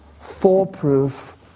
foolproof